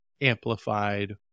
amplified